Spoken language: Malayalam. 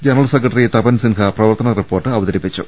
ജനറൽ സെക്രട്ടറി തപൻ സിൻഹ പ്രവർത്തന റിപ്പോർട്ട് അവതരിപ്പിച്ചു